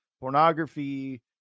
pornography